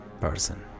person